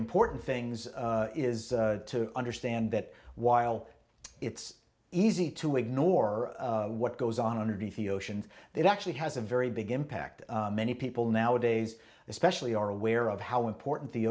important things is to understand that while it's easy to ignore what goes on underneath the oceans it actually has a very big impact many people nowadays especially are aware of how important the